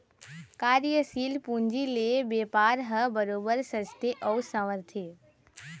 कार्यसील पूंजी ले बेपार ह बरोबर सजथे अउ संवरथे